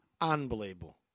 Unbelievable